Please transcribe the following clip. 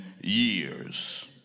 years